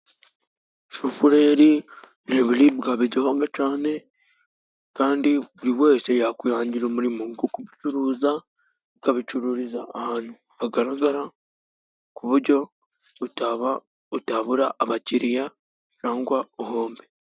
Shufureri ni ibiribwa biryoha cyane, kandi buri wese yakwihangira umurimo wo gucuruza, ukabicururiza ahantu hagaragara ku buryo utabura abakiriya cyangwa uhombe.